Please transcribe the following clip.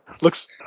Looks